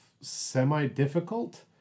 semi-difficult